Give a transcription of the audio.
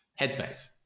Headspace